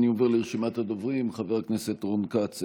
אני עובר לרשימת הדוברים: חבר הכנסת רון כץ,